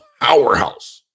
powerhouse